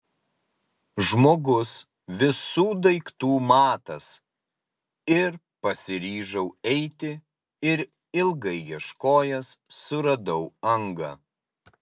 žmogus visų daiktų matas ir pasiryžau eiti ir ilgai ieškojęs suradau angą